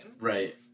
right